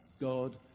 God